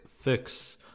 fix